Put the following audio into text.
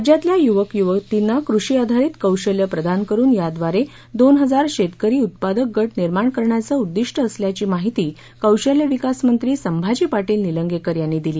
राज्यातल्या युवक युवतींना कृषी आधारित कौशल्य प्रदान करून याव्दारे दोन हजार शेतकरी उत्पादक गट निर्माण करण्याचं उद्दीष्ट असल्याची माहिती कौशल्य विकास मंत्री सभांजी पाटील निलंगेकर यांनी दिली